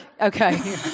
okay